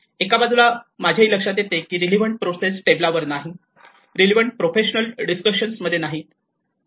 एका बाजूला माझ्याही लक्षात येते की रिलेव्हंट प्रोसेस टेबलावर नाही रिलेव्हंट प्रोफेशनल्स डिस्कशन मध्ये नाहीत